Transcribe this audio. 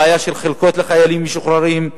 בעיה של חלקות לחיילים משוחררים,